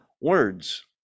words